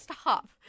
stop